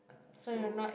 ah so